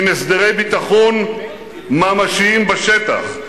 עם הסדרי ביטחון ממשיים בשטח,